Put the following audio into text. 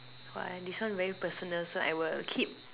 !wah! this one very personal so I will keep